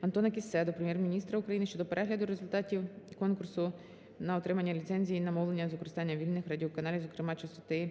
Антона Кіссе до Прем'єр-міністра України щодо перегляду результатів конкурсу на отримання ліцензії на мовлення з використанням вільних радіоканалів, зокрема, частоти